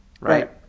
right